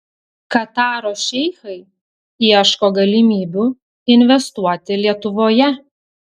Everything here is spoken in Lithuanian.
kataro šeichai ieško galimybių investuoti lietuvoje